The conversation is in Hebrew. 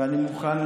ואני מוכן,